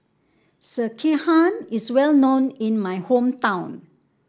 Sekihan is well known in my hometown